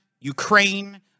Ukraine